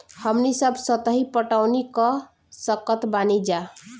हमनी सब सतही पटवनी क सकतऽ बानी जा